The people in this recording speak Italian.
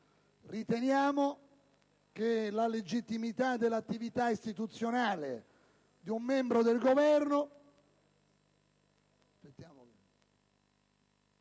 Riteniamo che la legittimità dell'attività istituzionale di un membro del Governo,